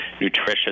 nutritious